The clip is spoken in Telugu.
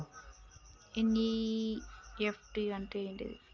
ఎన్.ఇ.ఎఫ్.టి అంటే ఏంటిది?